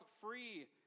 free